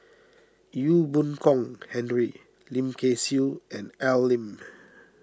Ee Boon Kong Henry Lim Kay Siu and Al Lim